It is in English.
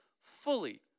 fully